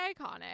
iconic